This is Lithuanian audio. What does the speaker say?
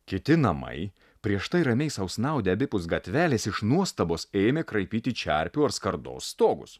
kiti namai prieš tai ramiai sau snaudę abipus gatvelės iš nuostabos ėmė kraipyti čerpių ar skardos stogus